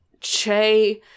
Che